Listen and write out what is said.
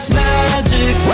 magic